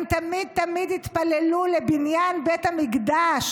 הם תמיד תמיד התפללו לבניין בית המקדש.